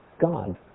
God